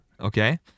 okay